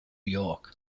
york